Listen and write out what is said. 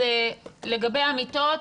לגבי המיטות,